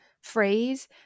phrase